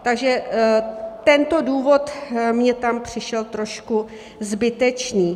Takže tento důvod mně tam přišel trošku zbytečný.